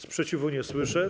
Sprzeciwu nie słyszę.